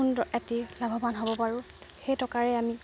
সুন্দৰ এটি লাভৱান হ'ব পাৰোঁ সেই টকাৰে আমি